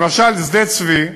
למשל שדה-צבי,